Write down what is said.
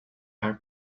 are